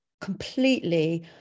completely